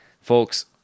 folks